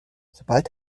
sobald